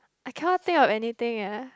I cannot think of anything eh